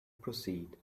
proceed